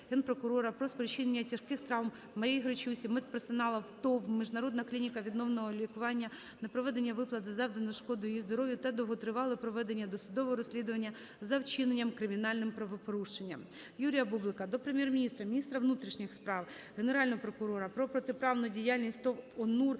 про спричинення тяжких травм Марії Гречусі медперсоналом ТОВ "Міжнародна клініка відновного лікування", непроведення виплат за завдану шкоду її здоров'ю та довготривале проведення досудового розслідування за вчиненим кримінальним правопорушенням. Юрія Бублика до Прем'єр-міністра, міністра внутрішніх справ, Генерального прокурора про протиправну діяльність ТОВ "Онур